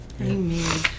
Amen